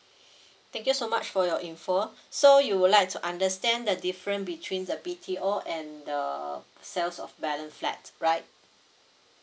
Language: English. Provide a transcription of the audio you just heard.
thank you so much for your info so you would like to understand the difference between the B_T_O and the sales of balance flat right